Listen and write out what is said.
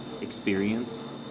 experience